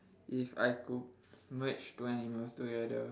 if I could merge two animals together